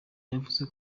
yavuze